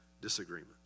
disagreement